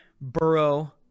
Burrow